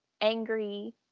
angry